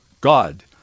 God